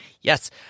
yes